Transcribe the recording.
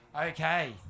Okay